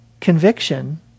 conviction